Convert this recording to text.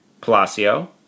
Palacio